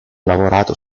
lavorato